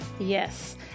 Yes